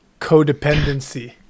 codependency